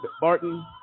Barton